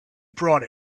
brought